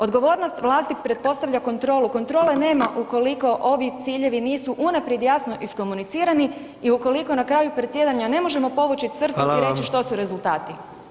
Odgovornost vlasti pretpostavlja kontrolu, kontrole nema ukoliko ovi ciljevi nisu unaprijed jasno iskomunicirani i u koliko na kraju predsjedanja ne možemo povući crtu i reći što su rezultati.